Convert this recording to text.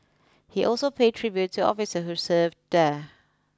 he also paid tribute to officer who served there